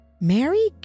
Mary